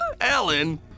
Alan